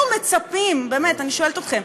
אנחנו מצפים, באמת, אני שואלת אתכם: